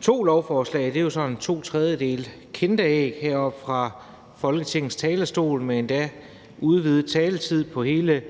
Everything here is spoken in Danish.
to lovforslag. Det er jo sådan to tredjedele af et kinderæg heroppe fra Folketingets talerstol og endda med udvidet taletid på hele